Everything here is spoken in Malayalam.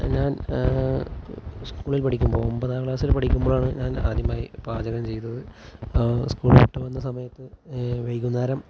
ഞാൻ സ്കൂളിൽ പഠിക്കുമ്പോൾ ഒമ്പതാം ക്ലാസ് പഠിക്കുമ്പോഴാണ് ഞാന് ആദ്യമായി പാചകം ചെയ്തത് സ്കൂൾ വിട്ടു വന്ന സമയത്ത് വൈകുന്നേരം